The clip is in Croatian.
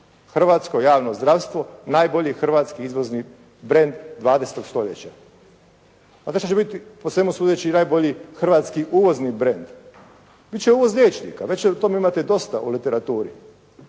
Hrvatsko javno zdravstvo, najbolji hrvatski izvozni brend 20. stoljeća. A to će biti po svemu sudeći i najbolji hrvatski uvozni brend. Biti će uvoz liječnika. Već o tome imate dosta u literaturi.